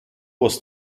was